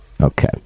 Okay